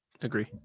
Agree